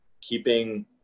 keeping